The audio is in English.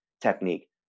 technique